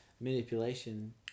manipulation